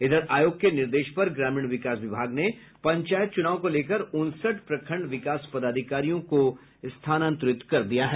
इधर आयोग के निर्देश पर ग्रामीण विकास विभाग ने पंचायत चुनाव को लेकर उनसठ प्रखंड विकास पदाधिकारियों को स्थानांतरित कर दिया है